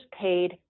paid